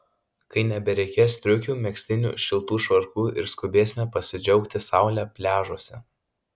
kai nebereikės striukių megztinių šiltų švarkų ir skubėsime pasidžiaugti saule pliažuose